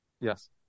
yes